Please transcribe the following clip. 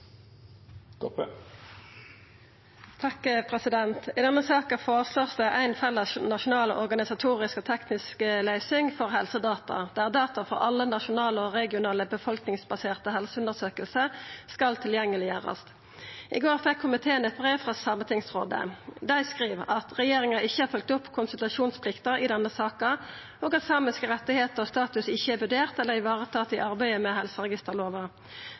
I denne saka vert det føreslått ei felles nasjonal organisatorisk og teknisk løysing for helsedata, der data for alle nasjonale og regionale befolkningsbaserte helseundersøkingar skal gjerast tilgjengelege. I går fekk komiteen eit brev frå sametingsrådet. Dei skriv at regjeringa ikkje har følgt opp konsultasjonsplikta i denne saka, og at samiske rettar og status ikkje er vurderte eller varetatte i arbeidet med